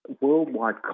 worldwide